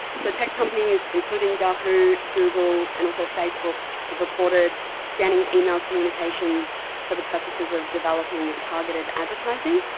so tech companies, including yahoo, google and also facebook have reported scanning email communications for the purposes of developing targeted advertising,